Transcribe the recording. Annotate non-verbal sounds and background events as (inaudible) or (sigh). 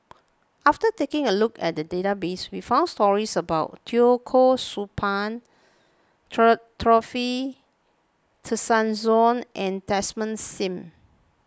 after taking a look at the database we found stories about Teo Koh Sock (unintelligible) (unintelligible) Dorothy Tessensohn and Desmond Sim